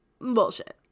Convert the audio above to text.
bullshit